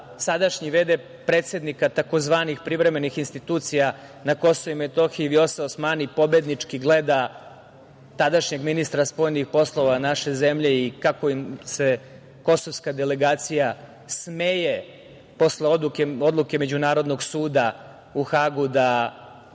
sadašnji v.d. predsednik, a tzv. privremenih institucija na KiM, Vjosa Osmani pobednički gleda tadašnjeg ministra spoljnih poslova naše zemlje i kako se kosovska delegacija smeje posle odluke međunarodnog suda u Hagu da